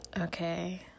okay